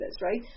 Right